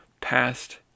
past